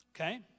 okay